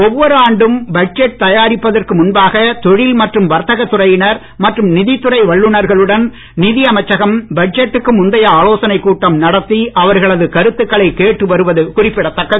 ஒவ்வொரு ஆண்டும் பட்ஜெட் தயாரிப்பதற்கு முன்பாக தொழில் மற்றும் வர்த்தகத் துறையினர் மற்றும் நிதித் துறை வல்லுநர்களுடன் நிதி அமைச்சகம் பட்ஜெட்டுக்கு முந்தைய ஆலோசனைக் கூட்டம் நடத்தி அவர்களது கருத்துக்களைக் கேட்டு வருவது குறிப்பிடத்தக்கது